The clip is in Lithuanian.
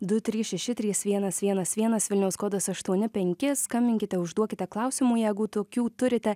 du trys šeši trys vienas vienas vienas vilniaus kodas aštuoni penki skambinkite užduokite klausimų jeigu tokių turite